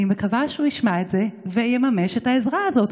אני מקווה שהוא ישמע את זה ויממש את העזרה הזאת.